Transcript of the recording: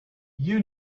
you